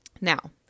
Now